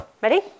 Ready